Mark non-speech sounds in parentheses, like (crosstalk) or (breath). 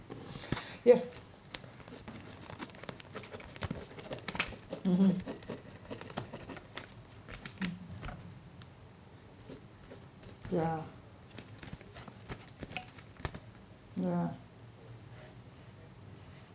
(breath) ya mmhmm ya ya (breath)